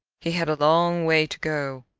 he had a long way to go,